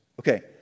Okay